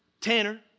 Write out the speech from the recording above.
Tanner